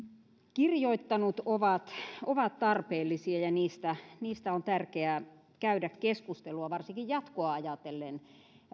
kirjoittanut ovat ovat tarpeellisia ja niistä niistä on tärkeää käydä keskustelua varsinkin jatkoa ajatellen